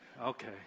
okay